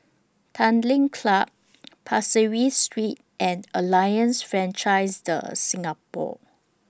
Tanglin Club Pasir Ris Street and Alliance Francaise De Singapour